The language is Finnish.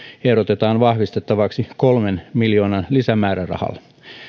ehdotetaan vahvistettavaksi kolmen miljoonan lisämäärärahalla